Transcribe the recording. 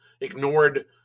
ignored